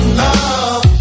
love